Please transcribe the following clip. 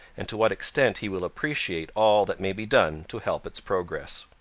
and to what extent he will appreciate all that may be done to help its progress.